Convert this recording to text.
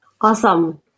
Awesome